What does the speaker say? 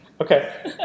Okay